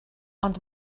ond